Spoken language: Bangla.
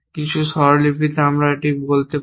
কিছু স্বরলিপিতে আমরা এটি বলতে পারি